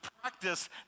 practice